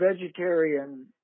vegetarian